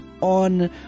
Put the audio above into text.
on